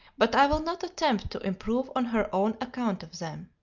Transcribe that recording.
but i will not attempt to improve on her own account of them